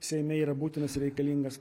seime yra būtinas ir reikalingas